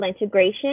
integration